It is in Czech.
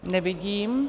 Nevidím.